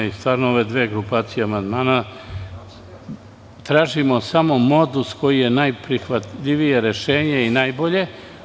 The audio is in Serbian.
Zaista za ove dve grupacije amandmana tražimo samo modus koji je najprihvatljivije rešenje i najbolje.